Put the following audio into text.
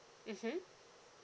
mmhmm